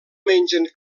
mengen